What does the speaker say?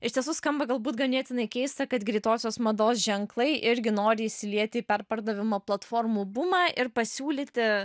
iš tiesų skamba galbūt ganėtinai keista kad greitosios mados ženklai irgi nori įsilieti į perpardavimo platformų bumą ir pasiūlyti